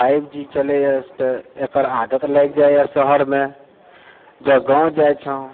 five G चलैए तऽ एकर आदत लागि जाइए शहरमे जऽ गाँव जाइ छौँ